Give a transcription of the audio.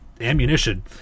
ammunition